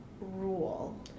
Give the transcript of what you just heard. rule